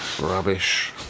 rubbish